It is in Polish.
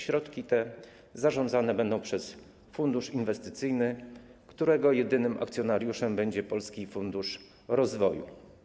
Środki te zarządzane będą przez fundusz inwestycyjny, którego jedynym akcjonariuszem będzie Polski Fundusz Rozwoju.